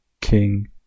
King